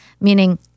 meaning